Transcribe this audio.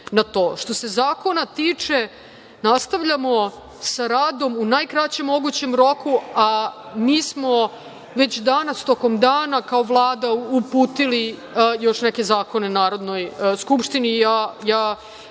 to. Što se zakona tiče, nastavljamo sa radom u najkraćem mogućem roku, a mi smo već danas tokom dana kao Vlada uputili još neke zakone Narodnoj skupštini